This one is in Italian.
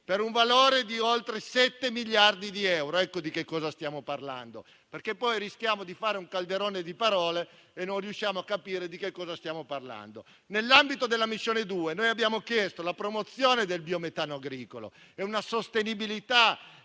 per un valore di oltre 7 miliardi di euro. Ecco di cosa stiamo parlando; rischiamo infatti di fare un calderone di parole e di non riuscire a capire di cosa stiamo parlando. Nell'ambito della missione 2, abbiamo chiesto la promozione del biometano agricolo; è una sostenibilità